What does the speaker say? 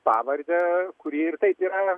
pavardę kuri ir taip yra